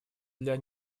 для